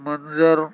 منظر